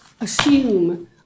assume